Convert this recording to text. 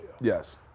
Yes